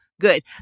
good